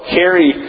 carry